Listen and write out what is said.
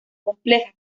compleja